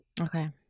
Okay